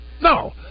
No